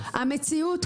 המציאות,